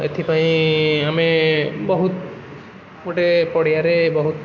ଏଥିପାଇଁ ଆମେ ବହୁତ ଗୋଟେ ପଡ଼ିଆରେ ବହୁତ